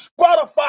Spotify